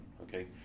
okay